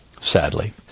sadly